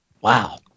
Wow